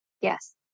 Yes